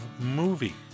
movie